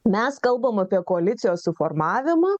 mes kalbam apie koalicijos suformavimą